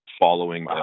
following